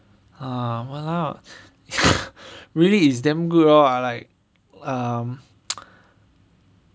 ah !walao! really is damn good lor I like um